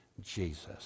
Jesus